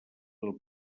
del